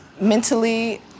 Mentally